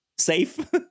Safe